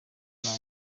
bwoko